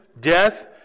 death